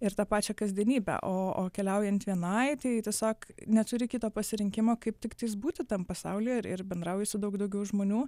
ir tą pačią kasdienybę o o keliaujant vienai tai tiesiog neturi kito pasirinkimo kaip tiktais būti tam pasaulyje ir ir bendrauji su daug daugiau žmonių